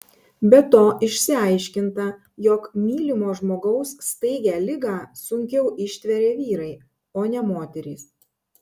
be to išsiaiškinta jog mylimo žmogaus staigią ligą sunkiau ištveria vyrai o ne moterys